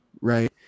right